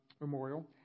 Memorial